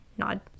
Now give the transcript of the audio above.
nod